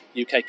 UK